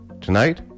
Tonight